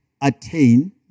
attain